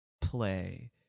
play